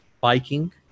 biking